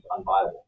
unviable